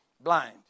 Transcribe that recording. Blind